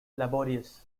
laborious